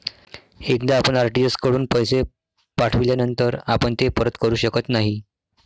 एकदा आपण आर.टी.जी.एस कडून पैसे पाठविल्यानंतर आपण ते परत करू शकत नाही